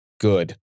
Good